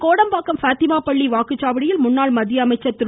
கோடம்பாக்கம் பாத்திமா பள்ளி வாக்குச்சாவடியில் முன்னாள் சென்னை மத்திய அமைச்சர் திரு